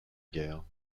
guerre